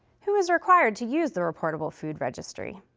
who is required to use the reportable food registry?